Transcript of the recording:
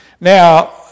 Now